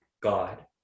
God